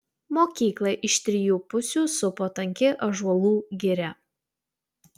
mokyklą iš trijų pusių supo tanki ąžuolų giria